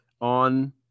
on